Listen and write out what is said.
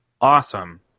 awesome